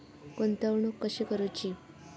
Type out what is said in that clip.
गुंतवणूक कशी करूची?